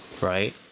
right